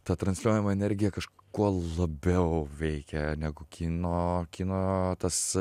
tą transliuojamą energiją kažkuo labiau veikia negu kino kino tas